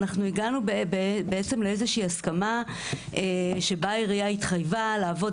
הגענו להסכמה שבה העירייה התחייבה לעבוד